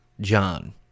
John